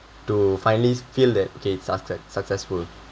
to finally feel that okay suc~ successful